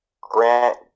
grant